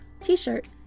t-shirt